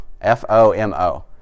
F-O-M-O